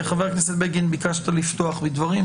חבר הכנסת בגין, ביקשת לפתוח בדברים.